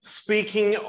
speaking